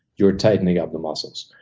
you're tightening up the muscles.